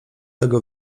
tego